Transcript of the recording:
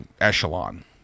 echelon